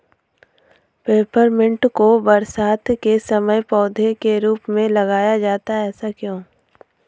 Peppermint को बरसात के समय पौधे के रूप में लगाया जाता है ऐसा क्यो?